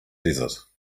desert